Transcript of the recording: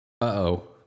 Uh-oh